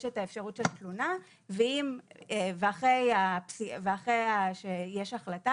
יש את האפשרות של תלונה ואחרי שיש החלטה